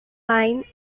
line